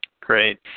Great